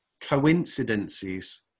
coincidences